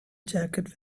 jacket